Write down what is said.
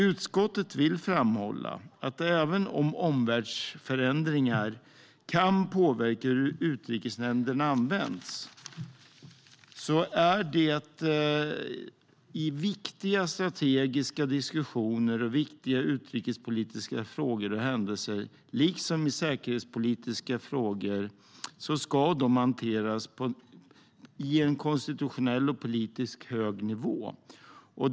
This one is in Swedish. Utskottet vill framhålla att även om omvärldsförändringar kan påverka hur Utrikesnämnden används är det viktigt att strategiska diskussioner och viktiga utrikespolitiska frågor och händelser liksom säkerhetspolitiska frågor ska hanteras på en konstitutionellt och politiskt hög nivå.